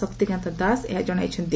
ଶକ୍ତିକାନ୍ତ ଦାସ ଏହା ଜଣାଇଛନ୍ତି